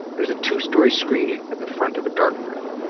there's a two story screen at the front of a dark room.